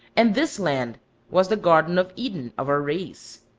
and this land was the garden of eden of our race.